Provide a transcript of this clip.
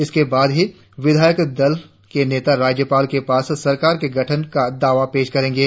इसके बाद ही विधायक दल के नेता राज्यपाल के पास सरकार के गठन का दावा पेश करेंगे